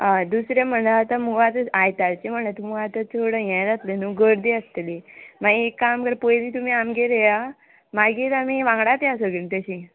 हय दुसरें म्हणल्यार आतां मुगो आतां आयतारचें म्हणल्यार तुमगो आतां चड हें जातलें न्हू गर्दी आसतली मागीर एक काम कर पयली तुमी आमगेर येया मागीर आमी वांगडाच या सगळी तशी